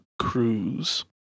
cruise